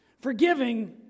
Forgiving